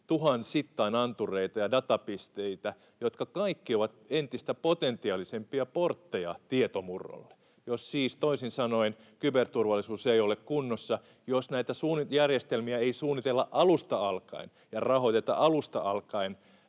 tuhansittain, antureita ja datapisteitä, jotka kaikki ovat entistä potentiaalisempia portteja tietomurrolle. Jos siis toisin sanoen kyberturvallisuus ei ole kunnossa, jos näitä järjestelmiä ei suunnitella alusta alkaen ja rahoiteta alusta alkaen